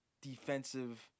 defensive